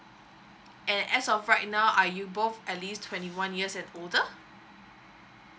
and as of right now are you both at least twenty one years and older